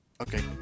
Okay